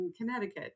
Connecticut